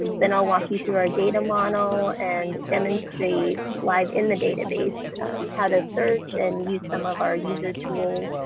then i'll walk you through our data model and demonstrate live in the database how to search and use some of our user tools,